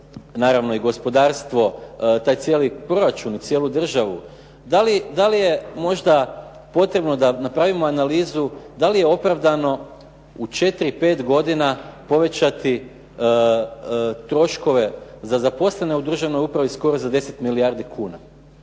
naravno i gospodarstvo taj cijeli proračun, cijelu državu, da li je možda potrebno da napravimo analizu da li je opravdano u 4, 5 godina povećati troškove za zaposlene u državnoj upravi skoro za 10 milijardi kuna?